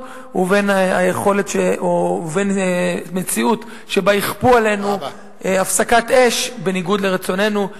ובין מציאות שבה יכפו עלינו הפסקת אש בניגוד לרצוננו,